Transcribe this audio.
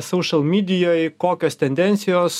social mydijoj kokios tendencijos